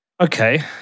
Okay